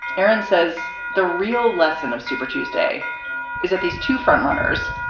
aaron says the real lesson of super tuesday is that these two front runners,